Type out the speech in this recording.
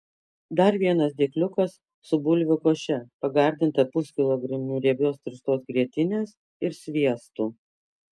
dar vienas dėkliukas su bulvių koše pagardinta puskilogramiu riebios tirštos grietinės ir sviestu